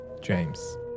James